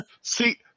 see